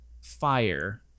fire